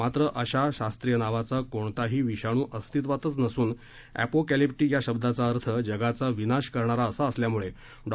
मात्रं अशा शास्त्रीय नावाचा कोणताही विषाणू अस्तित्वातच नसून एपोकॅलिप्टीक या शब्दाचा अर्थ जगाचा विनाश करणारा असा असल्यामुळे डॉ